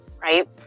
right